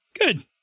Good